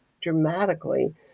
dramatically